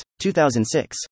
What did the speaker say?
2006